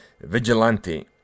Vigilante